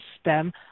stem